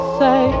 say